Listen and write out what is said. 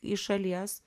iš šalies